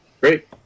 Great